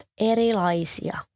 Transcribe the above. erilaisia